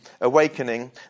awakening